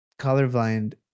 colorblind